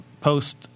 post